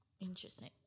Interesting